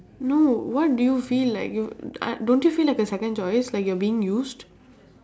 no what do you feel like you I don't you feel like a second choice like you are being used